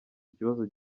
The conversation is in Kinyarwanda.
ikibazo